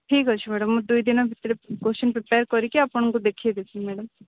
ଠିକ୍ ଅଛି ମ୍ୟାଡ଼ାମ୍ ମୁଁ ଦୁଇଦିନ ଭିତରେ କୋଶ୍ଚିନ୍ ପ୍ରିପ୍ୟାର୍ କରିକି ଆପଣଙ୍କୁ ଦେଖାଇ ଦେବି ମ୍ୟାଡ଼ାମ୍